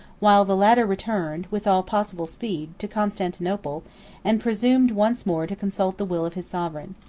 while the latter returned, with all possible speed, to constantinople and presumed once more to consult the will of his sovereign.